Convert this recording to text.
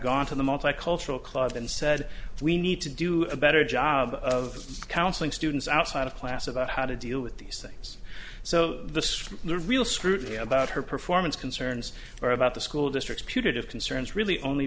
gone to the multicultural club and said we need to do a better job of counseling students outside of class about how to deal with these things so the real scrutiny about her performance concerns are about the school districts putative concerns really only